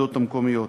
בוועדות המקומיות.